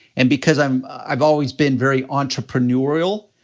and because um i've always been very entrepreneurial,